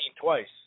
twice